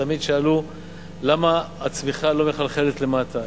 תמיד שאלו למה הצמיחה לא מחלחלת למטה.